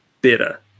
better